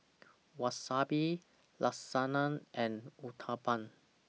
Wasabi Lasagna and Uthapam